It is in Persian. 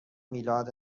میلاد